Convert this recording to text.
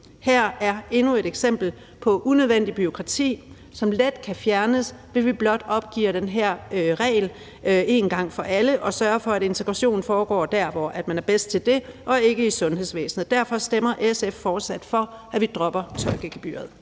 Her er endnu et eksempel på unødvendigt bureaukrati, som let kan fjernes ved, at vi blot opgiver den her regel en gang for alle og sørger for, at integrationen foregår der, hvor man er bedst til det, og ikke i sundhedsvæsenet. Derfor stemmer SF fortsat for, at vi dropper tolkegebyret.